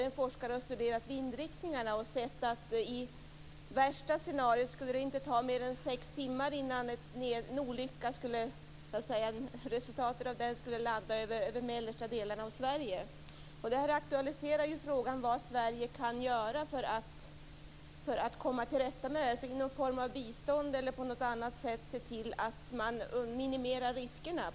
En forskare har studerat vindriktningarna och sett att i det värsta scenariot skulle det inte ta mer än sex timmar innan resultatet av en olycka skulle landa över de mellersta delarna av Sverige. Det aktualiserar frågan om vad Sverige kan göra för att komma till rätta med det här. Det kan gälla någon form av bistånd eller att på något annat sätt se till att minimera riskerna.